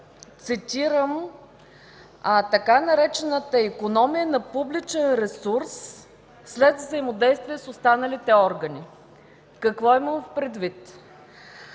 относно така наречената „икономия на публичен ресурс след взаимодействие с останалите органи”. Какво имам предвид?